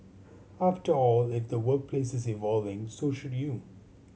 after all if the workplace is evolving so should you